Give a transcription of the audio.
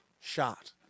shot